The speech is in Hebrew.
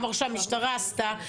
אמר שהמשטרה עשתה,